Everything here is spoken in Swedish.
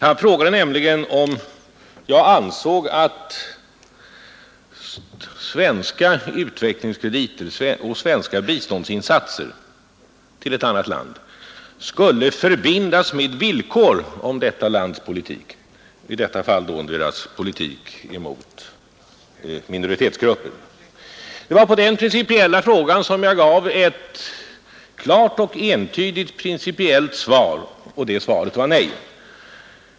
Han frågade nämligen om jag ansåg att svenska utvecklingskrediter och Nr 71 biståndsinsatser till ett annat land skulle förbindas med villkor om detta Onsdagen den lands politik — i detta fall landets politik mot minoritetsgrupper. Det var 3 maj 1972 på den principiella frågan som jag gav ett klart och entydigt principiellt svar, och det svaret var nej.